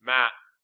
Matt